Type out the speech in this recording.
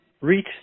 reach